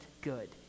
good